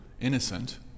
innocent